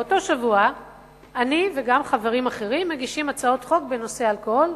באותו שבוע אני וגם חברים אחרים מגישים הצעות חוק בנושא אלכוהול.